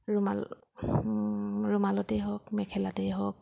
ৰুমাল ৰুমালতেই হওক মেখেলাতেই হওক